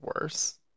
worse